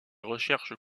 recherches